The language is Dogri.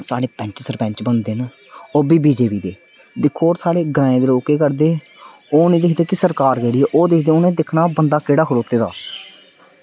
साढ़े पंच सरपंच बनदे न ओह्बी बी जे पी दे दिक्खो होर साढ़े ग्रांऐं दे लोक केह् करदे ओह् निं दिक्खदे सरकार केह्ड़ी ऐ ओह् दिक्खदे बंदा केह्ड़ा ऐ